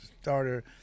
starter